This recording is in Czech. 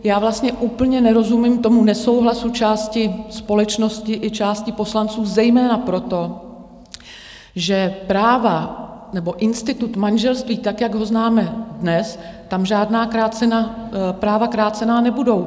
Já vlastně úplně nerozumím nesouhlasu části společnosti i části poslanců zejména proto, že institut manželství, tak jak ho známe dnes, tam žádná práva krácena nebudou.